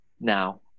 now